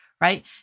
right